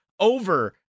Over